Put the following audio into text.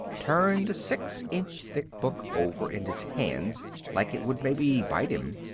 turned the six inch thick book over in his hands like it would maybe bite him.